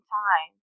time